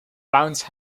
bounce